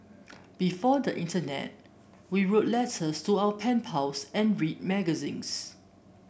before the internet we wrote letters to our pen pals and read magazines